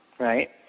Right